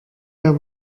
der